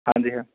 ਹਾਂਜੀ ਹਾਂ